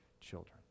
children